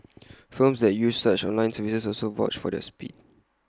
firms that use such online services also vouch for their speed